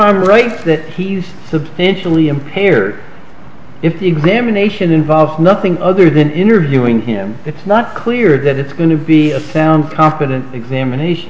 i'm right that he's substantially impaired if the examination involves nothing other than interviewing him it's not clear that it's going to be a sound confident examination